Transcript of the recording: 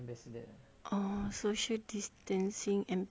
oh social distancing ambassador